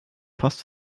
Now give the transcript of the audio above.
post